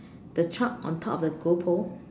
the truck on top of the goal pole